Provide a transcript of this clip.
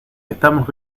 estamos